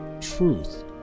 Truth